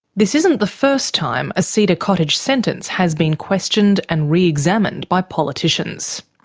this isn't the first time a cedar cottage sentence has been questioned and re-examined by politicians.